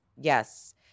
Yes